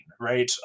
right